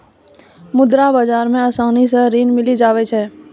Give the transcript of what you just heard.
मुद्रा बाजार मे आसानी से ऋण मिली जावै छै